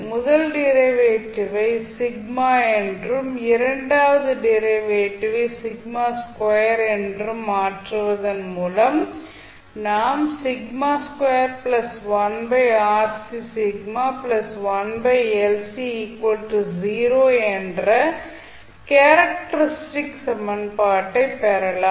முதல் டிரைவேட்டிவை என்றும் இரண்டாவது டிரைவேட்டிவை என்று மாற்றுவதன் மூலமும் நாம் என்ற கேரக்டரிஸ்டிக் சமன்பாட்டைப் பெறலாம்